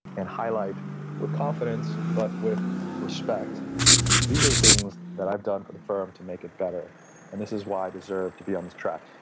and highlight with confidence, but with respect these are the things that i have done for the firm to make it better and this is why i deserve to be on this track.